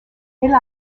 elle